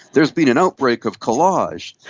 there's been an outbreak of collage!